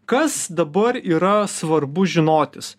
kas dabar yra svarbu žinotis